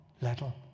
little